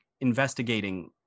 investigating